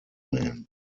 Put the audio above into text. man